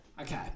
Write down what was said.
Okay